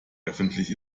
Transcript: öffentlich